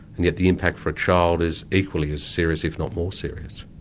and yet the impact for a child is equally as serious, if not more serious.